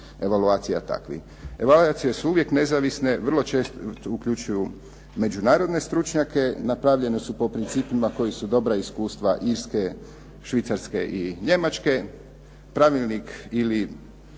Evaluacije su uvijek nezavisne, vrlo često uključuju međunarodne stručnjake, napravljene su po principima koje su dobra iskustva Irske, Švicarske i Njemačke. Pravilnik ili